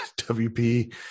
WP